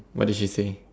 what did she say